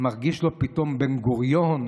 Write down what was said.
מרגיש לו פתאום בן-גוריון.